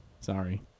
Sorry